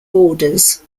borders